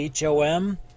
HOM